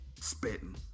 spitting